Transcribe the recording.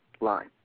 line